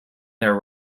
their